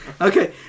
Okay